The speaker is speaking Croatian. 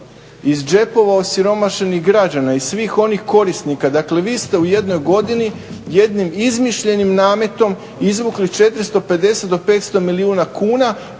iz džepova osiromašenih građana i svih onih korisnika. Dakle, vi ste u jednoj godini jednim izmišljenim nametom izvukli 450 do 500 milijuna kuna